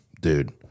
dude